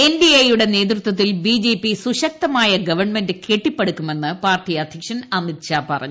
N D A യുടെ നേതൃത്വത്തിൽ B J P സുശക്തമായ ഗവൺമെന്റ് കെട്ടിപ്പടുക്കുമെന്ന് പാർട്ടി അധ്യക്ഷൻ അമിത്ഷാ പറഞ്ഞു